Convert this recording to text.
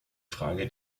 frage